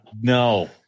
no